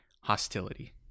hostility